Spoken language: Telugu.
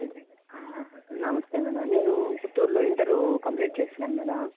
నమస్తే మేడం నేను పుత్తూరులో ఇంటర్ కంప్లీట్ చేశాను మేడం